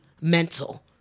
mental